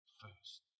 first